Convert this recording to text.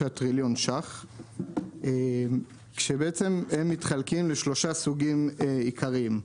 טריליון ₪ כשבעצם הם מתחלקים לשלושה סוגים עיקריים,